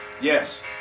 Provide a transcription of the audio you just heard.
yes